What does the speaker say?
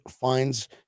finds